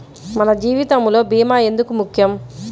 మన జీవితములో భీమా ఎందుకు ముఖ్యం?